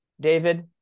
David